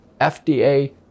FDA